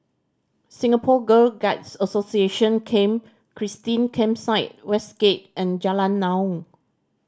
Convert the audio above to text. Singapore Girl Guides Association Camp Christine Campsite Westgate and Jalan Naung